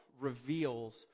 reveals